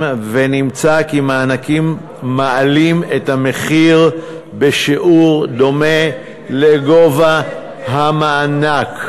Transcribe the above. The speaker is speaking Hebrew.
ונמצא כי מענקים מעלים את המחיר בשיעור דומה לגובה המענק.